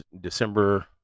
December